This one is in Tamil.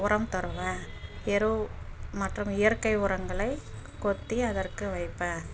உரம் தருவேன் எரு மற்றும் இயற்கை உரங்களை கொத்தி அதற்கு வைப்பேன்